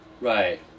Right